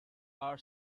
our